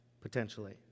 potentially